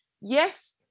yes